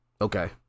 okay